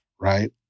Right